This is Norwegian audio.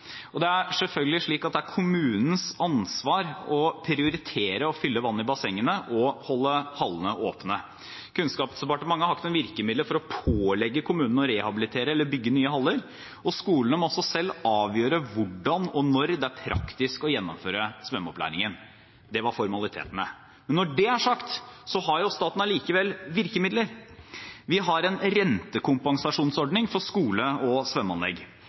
Det er slik at det er kommunenes ansvar å prioritere å fylle vann i bassengene og holde hallene åpne. Kunnskapsdepartementet har ikke noen virkemidler for å pålegge kommunene å rehabilitere eller bygge nye haller, og skolene må selv avgjøre hvordan og når det er praktisk å gjennomføre svømmeopplæringen. Det var formalitetene. Når det er sagt, har staten likevel virkemidler. Vi har en rentekompensasjonsordning for skole- og svømmeanlegg.